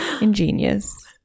Ingenious